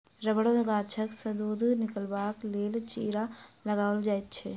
रबड़ गाछसँ दूध निकालबाक लेल चीरा लगाओल जाइत छै